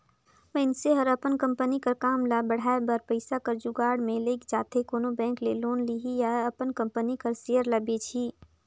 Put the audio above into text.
मइनसे हर अपन कंपनी कर काम ल बढ़ाए बर पइसा कर जुगाड़ में लइग जाथे कोनो बेंक ले लोन लिही या अपन कंपनी कर सेयर ल बेंचही